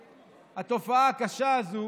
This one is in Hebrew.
התופעה הקשה הזאת